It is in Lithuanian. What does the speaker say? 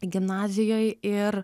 gimnazijoj ir